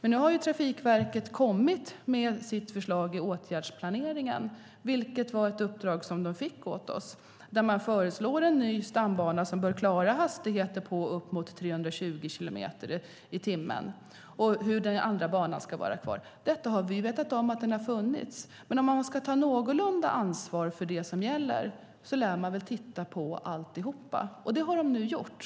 Nu har dock Trafikverket kommit med sitt förslag i åtgärdsplaneringen, vilket var ett uppdrag de fick av oss. Där föreslår man en ny stambana som bör klara hastigheter på och uppemot 320 kilometer i timmen, och man tittar på hur den andra banan ska vara kvar. Vi har vetat om detta, men om man ska ta någorlunda ansvar bör man titta på alltihop. Det har Trafikverket nu gjort.